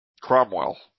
Cromwell